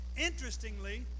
interestingly